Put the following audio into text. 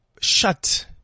shut